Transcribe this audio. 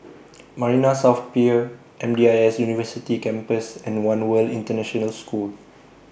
Marina South Pier M D I S University Campus and one World International School